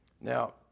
Now